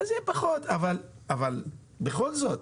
אז יהיה פחות, אבל בכל זאת